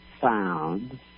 found